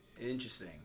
interesting